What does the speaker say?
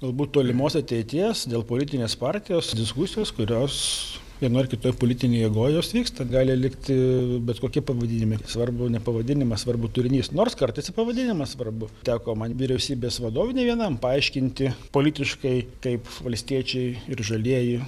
galbūt tolimos ateities dėl politinės partijos diskusijos kurios vienoj ar kitoj politinėj jėgoj jos vyksta gali likti bet kokie pavadinimai svarbu ne pavadinimas svarbu turinys nors kartais ir pavadinimas svarbu teko man vyriausybės vadovui ne vienam paaiškinti politiškai kaip valstiečiai ir žalieji